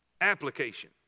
Application